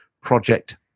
Project